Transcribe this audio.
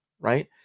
Right